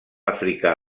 africà